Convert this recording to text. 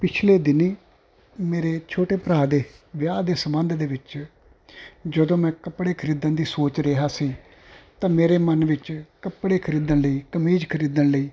ਪਿਛਲੇ ਦਿਨੀਂ ਮੇਰੇ ਛੋਟੇ ਭਰਾ ਦੇ ਵਿਆਹ ਦੇ ਸੰਬੰਧ ਦੇ ਵਿੱਚ ਜਦੋਂ ਮੈਂ ਕੱਪੜੇ ਖਰੀਦਣ ਦੀ ਸੋਚ ਰਿਹਾ ਸੀ ਤਾਂ ਮੇਰੇ ਮਨ ਵਿੱਚ ਕੱਪੜੇ ਖਰੀਦਣ ਲਈ ਕਮੀਜ਼ ਖਰੀਦਣ ਲਈ